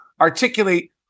articulate